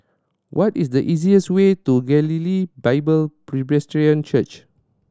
what is the easiest way to Galilee Bible Presbyterian Church